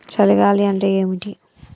చలి గాలి అంటే ఏమిటి?